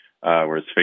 whereas